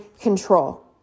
control